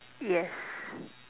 yes